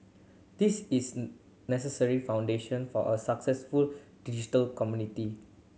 this is necessary foundation for a successful digital community